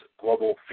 Global